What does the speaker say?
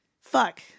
fuck